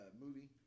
movie